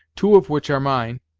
two of which are mine,